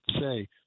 say